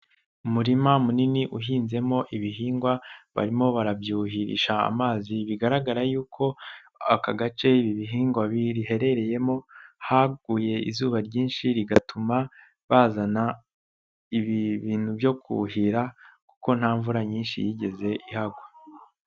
Umurima munini uhinzemo ibihingwa, barimo barabyuhirisha amazi bigaragara y'uko aka gace ibi bihingwa biherereyemo, haguye izuba ryinshi rigatuma bazana ibintu byo kuhira kuko nta mvura nyinshi yigeze ihagwa.